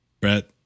Brett